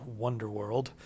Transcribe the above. Wonderworld